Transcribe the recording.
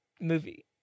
movie